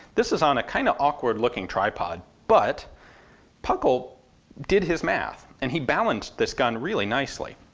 this is on a kind of awkward looking tripod, but puckle did his math and he balanced this gun really nicely.